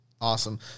Awesome